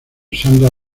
sandra